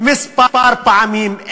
כמה פעמים,